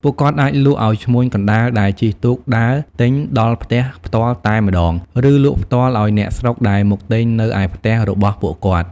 ពួកគាត់អាចលក់ឲ្យឈ្មួញកណ្តាលដែលជិះទូកដើរទិញដល់ផ្ទះផ្ទាល់តែម្ដង ឬលក់ផ្ទាល់ឲ្យអ្នកស្រុកដែលមកទិញនៅឯផ្ទះរបស់ពួកគាត់។